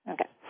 Okay